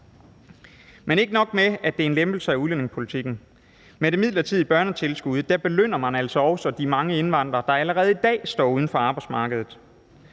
Men ikke nok med, at det er en lempelse af udlændingepolitikken; med det midlertidige børnetilskud belønner man altså også de mange indvandrere, der allerede i dag står uden for arbejdsmarkedet.